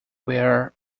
where